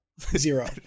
Zero